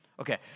Okay